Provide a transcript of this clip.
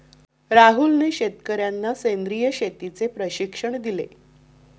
राहुलने शेतकर्यांना सेंद्रिय शेतीचे प्रशिक्षण दिले